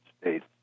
states